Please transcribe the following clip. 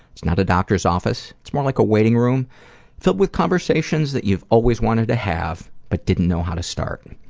it's not a doctor's office. it's more like a waiting room filled with conversations that you've always wanted to have but didn't know how to start.